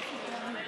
וזה מפריע לו